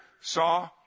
saw